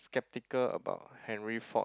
skeptical about Henry Ford